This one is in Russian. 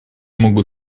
могу